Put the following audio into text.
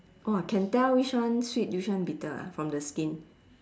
!whoa! can tell which one sweet which one bitter ah from the skin